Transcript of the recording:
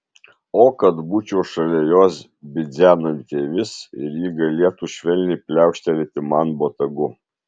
o kad būčiau šalia jos bidzenanti avis ir ji galėtų švelniai pliaukštelėti man botagu